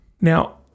Now